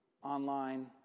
online